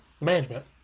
management